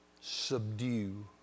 subdue